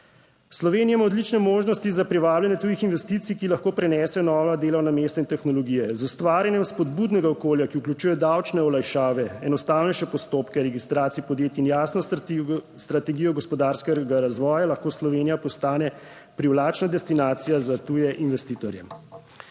Slovenija ima odlične možnosti za privabljanje tujih investicij, ki lahko prinesejo nova delovna mesta in tehnologije. Z ustvarjanjem spodbudnega okolja, ki vključuje davčne olajšave, enostavnejše postopke registracije podjetij in jasno strategijo gospodarskega razvoja, lahko Slovenija postane privlačna destinacija za tuje investitorje.